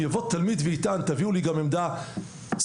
אם יבוא תלמיד ויטען תביאו לי גם עמדה שמאלנית,